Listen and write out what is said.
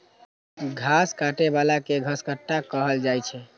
घास काटै बला कें घसकट्टा कहल जाइ छै